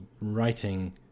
writing